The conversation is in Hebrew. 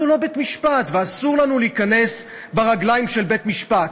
אנחנו לא בית-משפט ואסור לנו להיכנס ברגליים של בית-משפט.